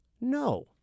no